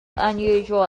unusual